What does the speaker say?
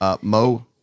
mo